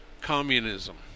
communism